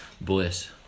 bliss